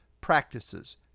practices